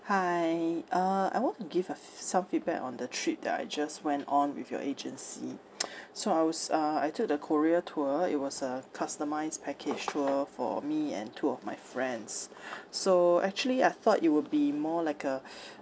hi uh I want to give a f~ some feedback on the trip that I just went on with your agency so I was uh I took the korea tour it was a customised package tour for me and two of my friends so actually I thought it would be more like a